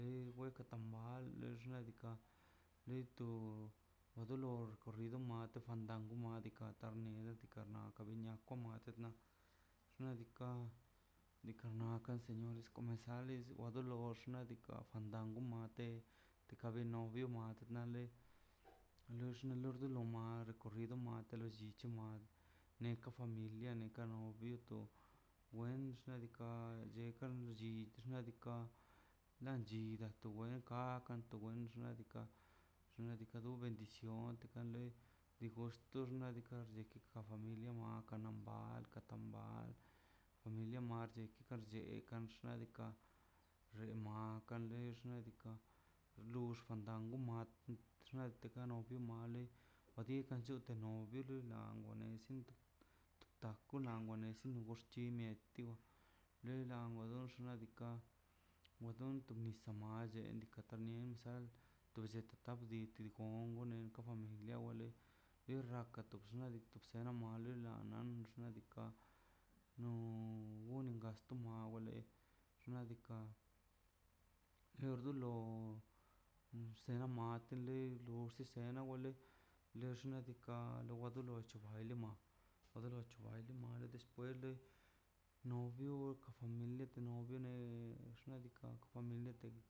Lei toka tamale le xnaꞌ diikaꞌ leito wa dolo recorrido fandango madika xtan nie tika nia wako miatona xnaꞌ diikaꞌ fandango mate teka bie novio mate nale loxlio nal ma recorrido llichi neka familia neka novio to wen xnaꞌ diikaꞌ llekan llit xnaꞌ diikaꞌ lan chito wide kan wakan wen xnaꞌ diikaꞌ xnaꞌ diikaꞌ no bendición te kan lei tigoxt xnaꞌ diikaꞌ rek ma familia maka nambal naka mbal familia marllet llekan xnaꞌ diikaꞌ rema kan xe xnaꞌ diikaꞌ lux fandango xnaꞌ tigano to male wa di chionkano biul da tako da ngwa nezi oborchini tiw longa wa chox xnaꞌ diikaꞌ wa dun nisa mache nika tambien sa to bllete tap ni tikon ganed familia wale irraka ta bxinan bzə nale male nan nan xnaꞌ diikaꞌ no wgasto no mawlə xnaꞌ diikaꞌ tur dolo sea matlə lux sea nowale xnaꞌ diikaꞌ wa do lo chubaile ma tu lo wa chwaile despues novio ka familia novio ne kanx kan familia.